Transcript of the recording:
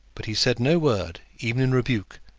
but he said no word, even in rebuke,